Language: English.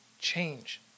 change